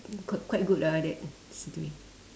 quite quite good lah like that to me